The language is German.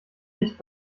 nicht